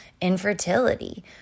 infertility